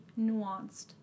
nuanced